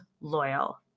Loyal